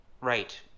Right